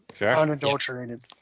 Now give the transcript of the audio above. unadulterated